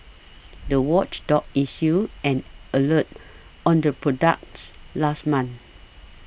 the watchdog issued an alert on the products last month